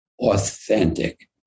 authentic